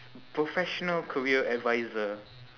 professional career advisor